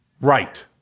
Right